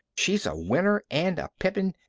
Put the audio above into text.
she's a winner and a pippin,